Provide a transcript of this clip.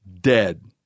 dead